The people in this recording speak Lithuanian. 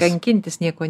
kankintis nieko